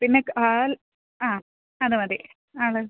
പിന്നെ കാല് ആ അത് മതി ആള്